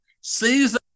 Sees